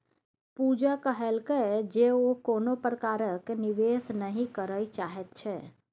पूजा कहलकै जे ओ कोनो प्रकारक निवेश नहि करय चाहैत छै